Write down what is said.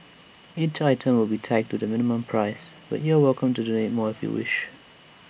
each item will be tagged with A minimum price but you're welcome to donate more if you wish